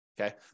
Okay